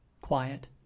quiet